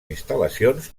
instal·lacions